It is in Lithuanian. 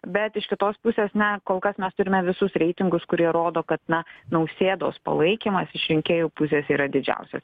bet iš kitos pusės na kol kas mes turime visus reitingus kurie rodo kad na nausėdos palaikymas iš rinkėjų pusės yra didžiausias